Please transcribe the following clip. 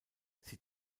sie